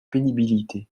pénibilité